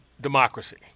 democracy